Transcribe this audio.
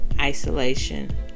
isolation